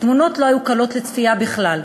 התמונות לא היו קלות לצפייה בכלל.